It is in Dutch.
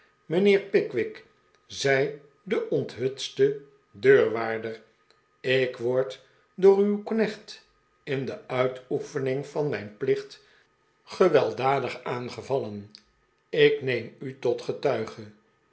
mijnheer pickwick zei de onthutste deurwaarder ik word door uw knecht in de uitoefening van mijn plicht gewelddadig aangevallen ik neem u tot getuige